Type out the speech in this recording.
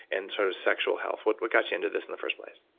and sort of sexual health? what what got you into this in the first place?